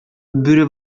бүре